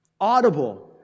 Audible